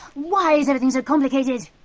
why is everything so complicated?